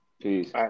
Peace